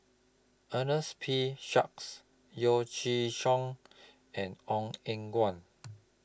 Ernest P Shanks Yeo Chee and Ong Eng Guan